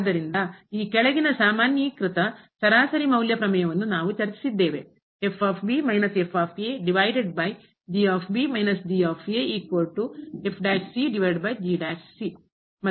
ಆದ್ದರಿಂದ ಈ ಕೆಳಗಿನ ಸಾಮಾನ್ಯೀಕೃತ ಸರಾಸರಿ ಮೌಲ್ಯ ಪ್ರಮೇಯವನ್ನು ನಾವು ಚರ್ಚಿಸಿದ್ದೇವೆ ಮತ್ತು ಈಗ ಆಗಿದ್ದರೆ ಏನಾಗುತ್ತದೆ